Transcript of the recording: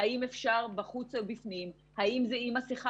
אם נסתכל